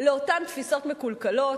לאותן תפיסות מקולקלות.